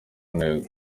ntego